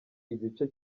igice